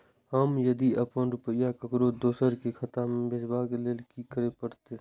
हम यदि अपन रुपया ककरो दोसर के खाता में भेजबाक लेल कि करै परत?